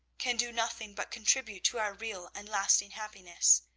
can do nothing but contribute to our real and lasting happiness.